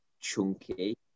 chunky